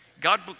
God